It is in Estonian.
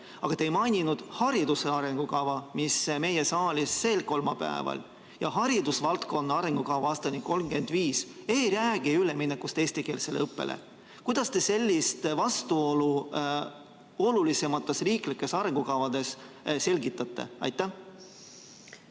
aga te ei maininud haridusvaldkonna arengukava, mis meie saalis sel kolmapäeval arutusel on. Haridusvaldkonna arengukavas aastani 2035 ei räägita üleminekust eestikeelsele õppele. Kuidas te sellist vastuolu olulistes riiklikes arengukavades selgitate? Aitäh!